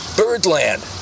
birdland